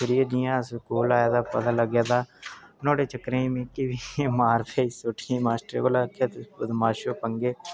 ते एह् में सना तुसेंगी मेरा दोस्त हा ओह्दे चक्करें च पंगे पुंगे करदा हा